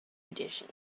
edition